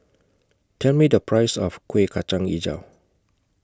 Tell Me The Price of Kuih Kacang Hijau